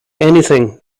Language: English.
anything